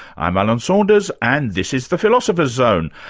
i'm alan saunders and this is the philosopher's zone.